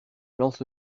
lance